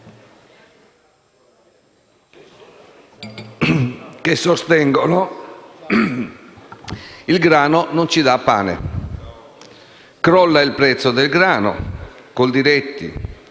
che sostengono che il grano non dà pane. Crolla il prezzo del grano, Coldiretti